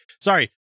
sorry